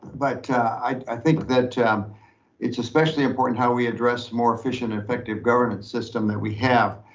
but i think that it's especially important how we address more efficient and effective governance system that we have.